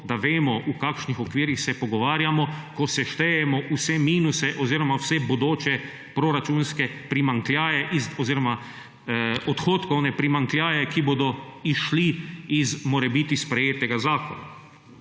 da vemo, o kakšnih okvirjih se pogovarjamo, ko seštejemo vse minuse oziroma vse bodoče proračunske primanjkljaje oziroma odhodkovne primanjkljaje, ki bodo izšli iz morebiti sprejetega zakona.